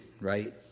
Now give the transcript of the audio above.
right